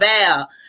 val